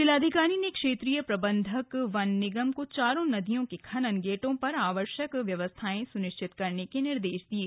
जिलाधिकारी ने क्षेत्रीय प्रबन्धक वन निगम को चारों नदियों के खनन गेटों पर आवश्यक व्यवस्थाएं सुनिश्चित करने के निर्देश दिये